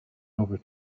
over